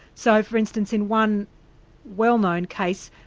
so, for instance, in one well-known case,